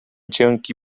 cienki